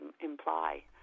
imply